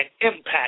impact